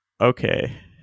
okay